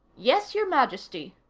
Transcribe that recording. yes, your majesty,